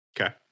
okay